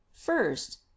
first